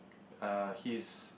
err he is